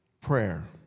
prayer